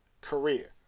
career